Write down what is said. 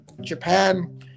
Japan